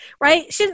right